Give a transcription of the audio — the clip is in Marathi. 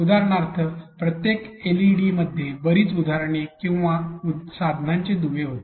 उदाहरणार्थ प्रत्येक एलईडी मध्ये बरीच उदाहरणे किंवा साधनांचे दुवे होते